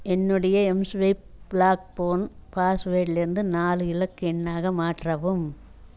என்னுடைய எம்ஸ்வைப் lock phone பாஸ்வேடிலிருந்து நாலு இலக்க எண்ணாக மாற்றவும்